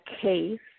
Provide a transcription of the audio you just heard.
case